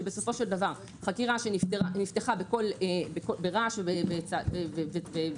שבסופו של דבר חקירה שנפתחה ברעש והרתעה,